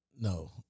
No